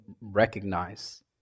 recognize